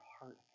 heart